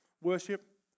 worship